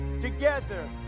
together